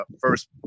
first